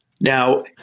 Now